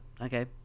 okay